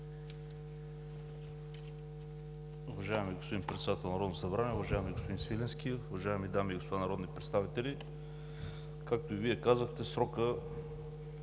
Уважаеми господин Председател на Народното събрание, уважаеми господин Свиленски, уважаеми дами и господа народни представители! Както и Вие казахте, срокът